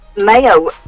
Mayo